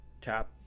Tap